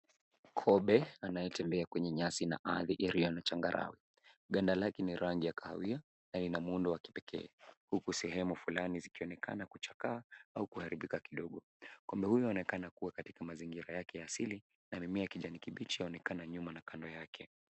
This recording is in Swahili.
Kobe anayetembea kwenye nyasi na ardhi iliyo na changarawe. Ganda lake ni rangi ya kahawia na ina muundo wa kipekee. Huku sehemu fulani, zikionekana kuchakaa au kuharibika kidogo. Kobe huyu anaonekana kuwa katika mazingira yake ya asili, na mimea ya kijani kibichi inaonekana nyuma na kando yake.